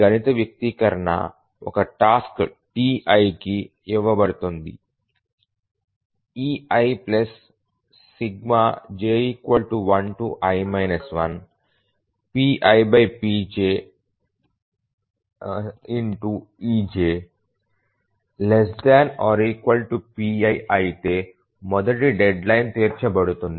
గణిత వ్యక్తీకరణ ఒక టాస్క్ Tiకి ఇవ్వబడుతుంది ei j1i 1pipjejpiఅయితే మొదటి డెడ్లైన్ తీర్చబడుతుంది